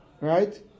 right